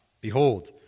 Behold